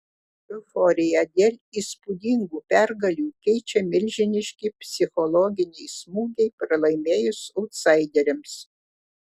euforiją dėl įspūdingų pergalių keičia milžiniški psichologiniai smūgiai pralaimėjus autsaideriams